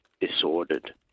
disordered